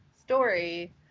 story –